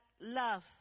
love